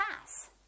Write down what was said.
pass